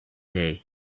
day